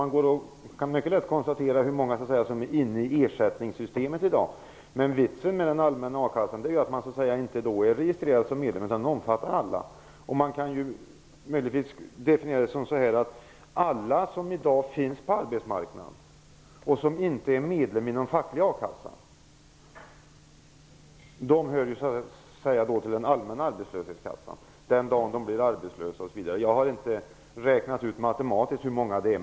Man kan mycket lätt konstatera hur många som i dag är inne i ersättningssystemet. Men vitsen med den allmänna a-kassan är att det inte registreras medlemmar, utan den omfattar alla. Det kan möjligtvis definieras så här: Alla som i dag finns på arbetsmarknaden och som inte är medlem i någon facklig a-kassa hör till den allmänna arbetslöshetskassan den dag de blir arbetslösa. Jag har inte räknat ut matematiskt hur många det är.